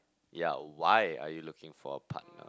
ya why are you looking for a partner